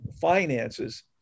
finances